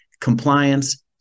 compliance